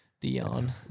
Dion